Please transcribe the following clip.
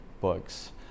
books